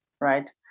right